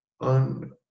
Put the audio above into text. on